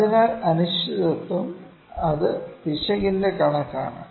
അതിനാൽ അനിശ്ചിതത്വം അത് പിശകിന്റെ കണക് ആണ്